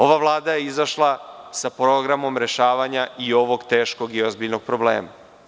Ova Vlada je izašla sa programom rešavanja i ovog teškog i ozbiljnog problema.